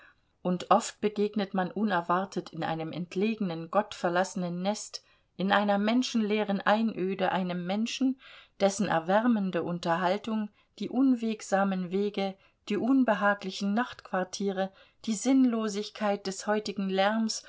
und oft begegnet man unerwartet in einem entlegenen gottverlassenen nest in einer menschenleeren einöde einem menschen dessen erwärmende unterhaltung die unwegsamen wege die unbehaglichen nachtquartiere die sinnlosigkeit des heutigen lärms